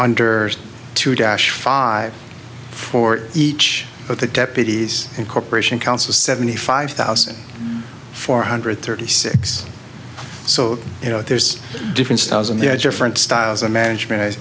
under two dash five for each of the deputies and corporation counsel seventy five thousand four hundred thirty six so you know there's different styles on the edge or front styles of management